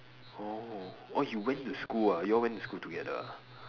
oh oh you went to school ah you all went to school together